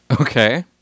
Okay